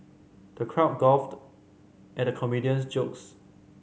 the crowd guffawed at comedian's jokes